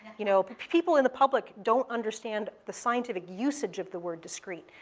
you know people in the public don't understand the scientific usage of the word discrete,